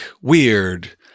weird